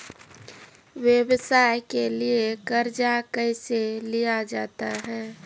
व्यवसाय के लिए कर्जा कैसे लिया जाता हैं?